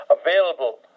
available